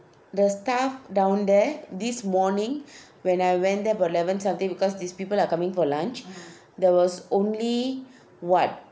the staff down there this morning when I went there about eleven something because these people are coming for lunch there was only [what]